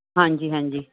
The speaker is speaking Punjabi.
ਹਾਂਜੀ ਹਾਂਜੀ